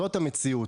זאת המציאות.